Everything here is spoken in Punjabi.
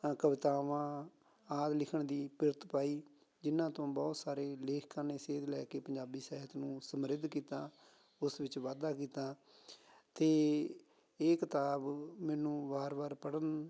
ਕਵਿਤਾਵਾਂ ਆਦਿ ਲਿਖਣ ਦੀ ਬਿਰਤ ਪਾਈ ਜਿਹਨਾਂ ਤੋਂ ਬਹੁਤ ਸਾਰੇ ਲੇਖਕਾਂ ਨੇ ਸੇਧ ਲੈ ਕੇ ਪੰਜਾਬੀ ਸਾਹਿਤ ਨੂੰ ਸਮਰਿੱਧ ਕੀਤਾ ਉਸ ਵਿੱਚ ਵਾਧਾ ਕੀਤਾ ਅਤੇ ਇਹ ਕਿਤਾਬ ਮੈਨੂੰ ਵਾਰ ਵਾਰ ਪੜ੍ਹਨ